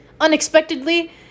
Unexpectedly